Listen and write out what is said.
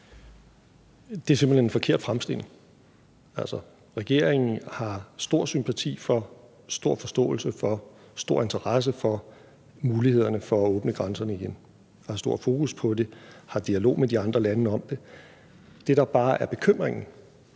Det er simpelt hen en forkert fremstilling. Regeringen har stor sympati for, stor forståelse for, stor interesse for mulighederne for at åbne grænserne igen og har stor fokus på det og har dialog med de andre lande om det. Det, der bare er bekymringen